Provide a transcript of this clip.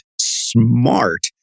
smart